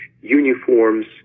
uniforms